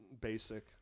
basic